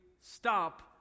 Stop